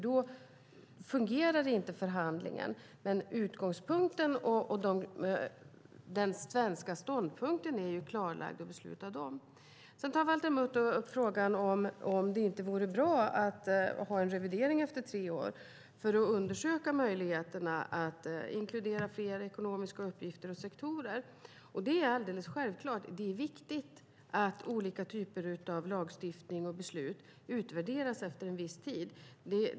Då fungerar inte förhandlingen. Men utgångspunkten och den svenska ståndpunkten är klarlagd och beslutad om. Valter Mutt tar upp frågan om det inte vore bra att ha en revidering efter tre år för att undersöka möjligheterna att inkludera fler ekonomiska uppgifter och sektorer. Det är alldeles självklart att det är viktigt att olika typer av lagstiftning och beslut utvärderas efter en viss tid.